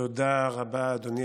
תודה רבה, אדוני